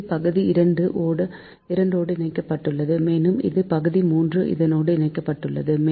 இது பகுதி 2 ஓடு இணைக்கப்பட்டுள்ளது மேலும் இது பகுதி 3 இதனோடும் இணைக்கப்பட்டுள்ளது